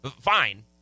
Fine